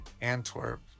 antwerp